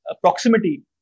proximity